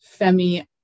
Femi